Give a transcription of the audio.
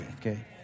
Okay